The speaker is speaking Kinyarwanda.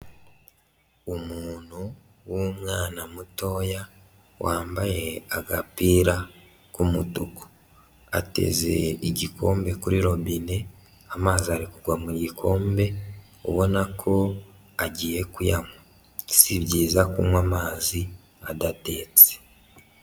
Umuntu w'umwana mutoya wambaye agapira k'umutuku. Ateze igikombe kuri robine amazi arikugwa mu gikombe ubona ko agiye kuyanywa. Si byiza kunywa amazi adatetse.